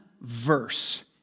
verse